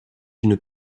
une